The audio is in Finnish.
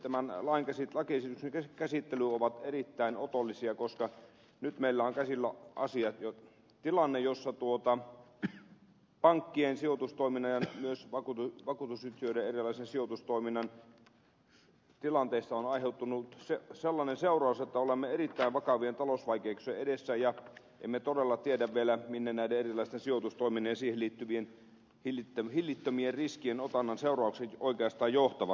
tämän päivän hetket tämän lakiesityksen käsittelyyn ovat erittäin otollisia koska nyt meillä on käsillä tilanne jossa pankkien sijoitustoiminnan ja myös vakuutusyhtiöiden erilaisen sijoitustoiminnan tilanteesta on aiheutunut sellainen seuraus että olemme erittäin vakavien talousvaikeuksien edessä ja emme todella tiedä vielä minne näiden erilaisten sijoitustoimien ja siihen liittyvien hillittömien riskien otannan seuraukset oikeastaan johtavat